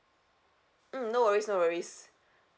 mm no worries no worries